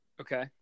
okay